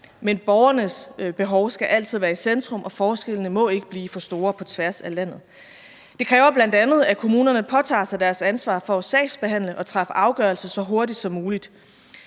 men borgernes behov skal altid være i centrum, og forskellene må ikke blive for store på tværs af landet. Det kræver bl.a., at kommunerne påtager sig deres ansvar for at sagsbehandle og træffe afgørelse så hurtigt som muligt.